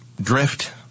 drift